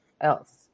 else